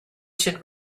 should